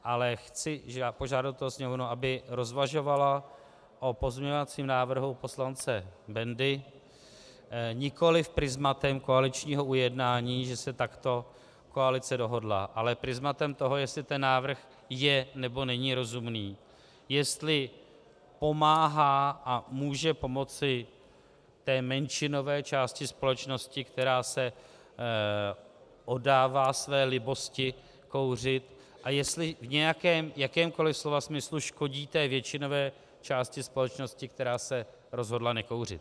Ale chci požádat Sněmovnu, aby rozvažovala o pozměňovacím návrhu poslance Bendy nikoliv prizmatem koaličního ujednání, že se takto koalice dohodla, ale prizmatem, jestli ten návrh je, nebo není rozumný, jestli pomáhá a může pomoci té menšinové části společnosti, která se oddává své libosti kouřit, a jestli v nějakém, jakémkoliv slova smyslu škodí té většinové části společnosti, která se rozhodla nekouřit.